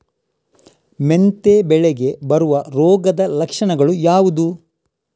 ಮೆಂತೆ ಬೆಳೆಗೆ ಬರುವ ರೋಗದ ಲಕ್ಷಣಗಳು ಯಾವುದು?